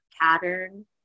pattern